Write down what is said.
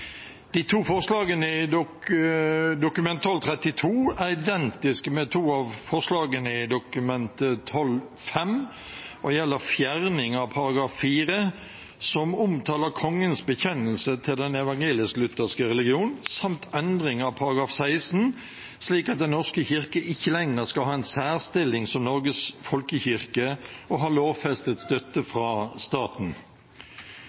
De to forslagene i Dokument 12:32 er identiske med to av forslagene i Dokument 12:5 og gjelder fjerning av § 4, som omtaler kongens bekjennelse til den evangelisk-lutherske religion, samt endring av § 16, slik at Den norske kirke ikke lenger skal ha en særstilling som Norges folkekirke og ha lovfestet støtte